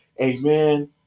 Amen